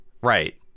Right